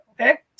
Okay